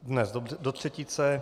Dnes do třetice.